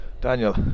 daniel